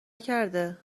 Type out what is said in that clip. کرده